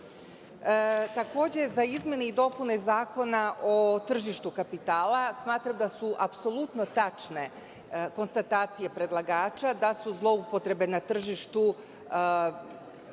zakonom? Takođe, za izmene i dopune Zakona o tržištu kapitala, smatram da su apsolutno tačne konstatacije predlagača da su zloupotrebe na tržištu